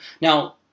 Now